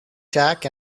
jack